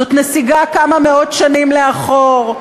זאת נסיגה כמה מאות שנים לאחור,